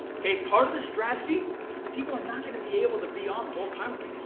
kay. part of the strategy is the people are not gonna be able to be on the whole time with me.